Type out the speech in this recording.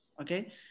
okay